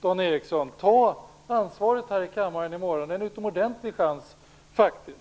Dan Ericsson. Tag ansvar i kammaren i morgon. Det är en utomordentligt bra chans.